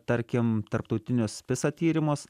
tarkim tarptautinius pisa tyrimus